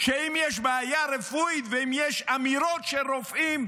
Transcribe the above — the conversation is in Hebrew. שאם יש בעיה רפואית ואם יש אמירות של רופאים,